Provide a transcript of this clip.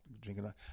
drinking